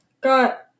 got